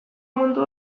mundu